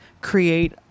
create